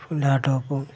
ഉണ്ട് കേട്ടോ അപ്പോൾ